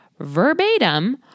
verbatim